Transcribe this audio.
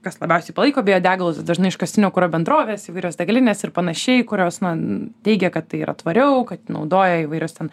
kas labiausiai palaiko biodegalus dažnai iškastinio kuro bendrovės įvairios degalinės ir panašiai kurios na teigia kad tai yra tvariau kad naudoja įvairios ten